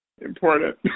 important